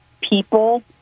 people